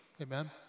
Amen